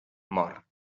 mor